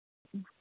ಹ್ಞೂ